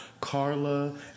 carla